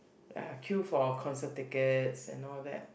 I queue for concert tickets and all that